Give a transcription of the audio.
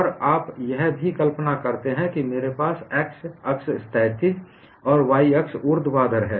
और आप यह भी कल्पना करते हैं कि मेरे पास x अक्ष क्षैतिज और y अक्ष ऊर्ध्वाधर है